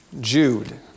Jude